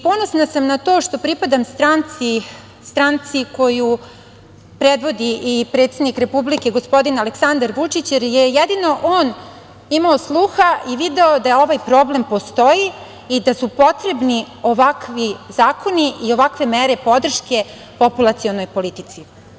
Ponosna sam na to što pripadam stranci koju predvodi i predsednik Republike gospodin Aleksandar Vučić, jer je jedino on imao sluha i video da ovaj problem postoji i da su potrebni ovakvi zakoni i ovakve mere podrške populacionoj politici.